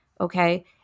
Okay